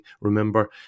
Remember